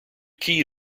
key